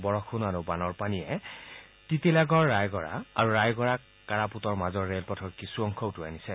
বৰযুণ আৰু বানৰ পানীয়ে তিতিলাগড় ৰায়গড়া আৰু ৰায়গড়া কড়াপুটৰ মাজৰ ৰেলপথৰ কিছু অংশ উটুৱাই নিয়ে